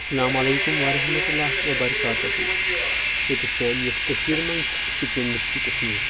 اسلامُ علیکم السلام ورحمۃ اللہ وبرکاتہُ ییٚتہِ سانہِ یتھ کٔشیر منٛز شُپین ڈرسٹرکٹس منٛز